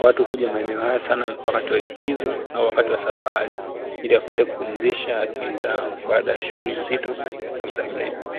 watu huja sana maeneo haya wakati wa likizo au wakati wa safari ili wapate kupumzisha akili zao baada ya shuhuli nzito za mda mrefu.